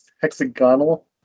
hexagonal